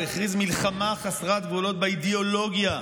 הוא הכריז מלחמה חסרת גבולות באידיאולוגיה.